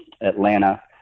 Atlanta